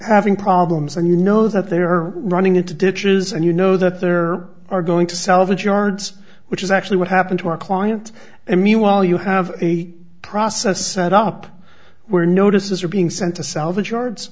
having problems and you know that they are running into ditches and you know that there are going to salvage yards which is actually what happened to our client and meanwhile you have a process set up where notices are being sent to salvage yards